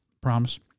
promise